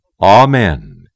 Amen